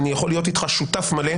אני יכול להיות אתך שותף מלא.